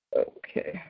okay